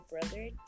brother